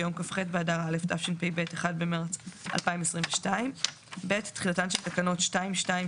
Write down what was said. ביום כ"ח באדר א' התשפ"ב (1 במרץ 2022). תחילתן של תקנות 2(2),